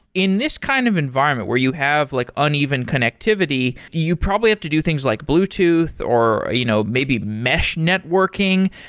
in this kind of environment where you have like uneven connectivity, you probably have to do things like bluetooth, or you know maybe mesh networking.